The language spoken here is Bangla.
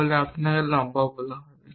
তাহলে আপনাকে লম্বা বলা হবে